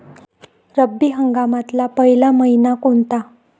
रब्बी हंगामातला पयला मइना कोनता?